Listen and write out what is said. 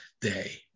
day